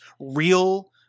real –